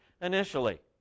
initially